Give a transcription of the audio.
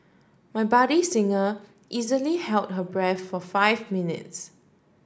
my budding singer easily held her breath for five minutes